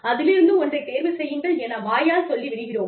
அதிலிருந்து ஒன்றை தேர்வு செய்யுங்கள் என வாயால் சொல்லி விடுகிறோம்